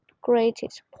greatest